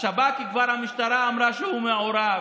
והמשטרה כבר אמרה שהשב"כ מעורב.